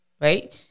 right